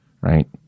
Right